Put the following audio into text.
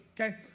okay